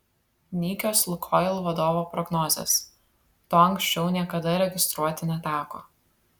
nykios lukoil vadovo prognozės to anksčiau niekada registruoti neteko